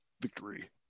victory